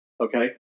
Okay